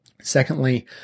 Secondly